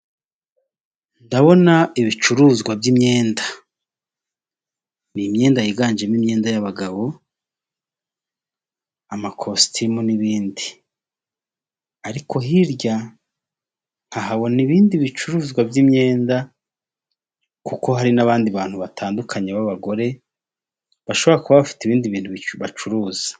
Ndabona ibicuruzwa by'imyenda, ni imyenda yiganjemo imyenda y'abagabo, amakositimu n'ibindi, ariko hirya nkahabona ibindi bicuruzwa by'imyenda kuko hari n'abandi bantu batandukanye b'abagore bashobora kuba bafite ibindi bintu bacuruza.